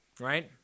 right